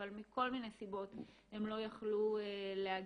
אבל מכל מיני סיבות הם לא יכלו להגיע.